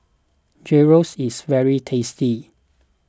Gyros is very tasty